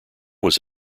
was